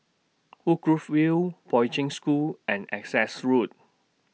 Woodgrove View Poi Ching School and Essex Road